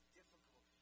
difficult